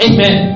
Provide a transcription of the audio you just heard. Amen